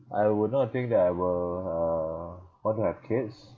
I would not think that I will uh want to have kids